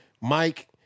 Mike